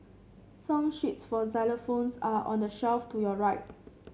song sheets for xylophones are on the shelf to your right